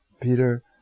Peter